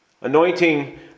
Anointing